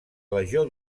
legió